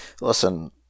Listen